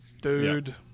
dude